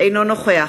אינו נוכח